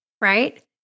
right